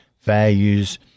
values